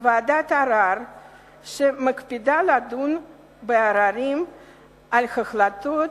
ועדת הערר שמקפידה לדון בעררים על החלטות